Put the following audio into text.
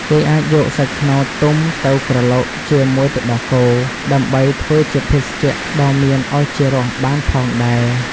គេអាចយកសាច់ខ្នុរទុំទៅក្រឡុកជាមួយទឹកដោះគោ ដើម្បីធ្វើជាភេសជ្ជៈដ៏មានឱជារសបានផងដែរ។